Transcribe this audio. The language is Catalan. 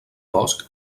bosc